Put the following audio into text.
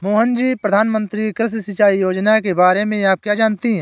मोहिनी जी, प्रधानमंत्री कृषि सिंचाई योजना के बारे में आप क्या जानती हैं?